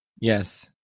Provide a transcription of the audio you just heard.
Yes